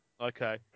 Okay